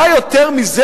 מה יותר מזה,